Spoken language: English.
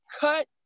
cut